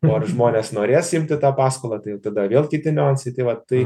o ar žmonės norės imti tą paskolą tai jau tada vėl kiti niuansai tai va tai